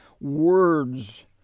words